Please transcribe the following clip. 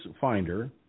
finder